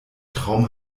traum